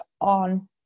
on